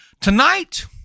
tonight